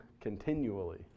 continually